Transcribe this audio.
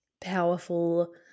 powerful